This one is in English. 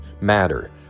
matter